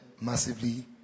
massively